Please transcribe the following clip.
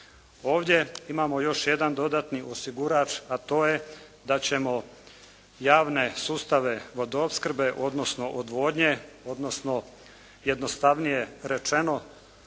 Ovdje imamo još jedan dodatni osigurač a to je da ćemo javne sustave vodoopskrbe odnosno odvodnje, odnosno jednostavnije rečeno